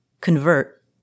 convert